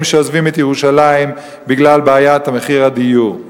שעוזבים את ירושלים בגלל בעיית מחיר הדיור.